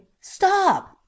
stop